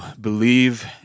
believe